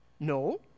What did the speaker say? No